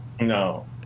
No